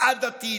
העדתית,